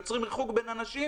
יוצרים ריחוק בין אנשים,